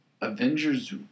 Avengers